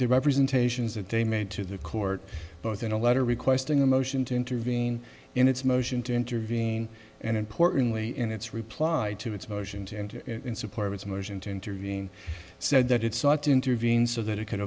the representations that they made to the court both in a letter requesting a motion to intervene in its motion to intervene and importantly in its replied to its motion to end in support of its motion to intervene said that it's not to intervene so that it can